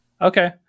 okay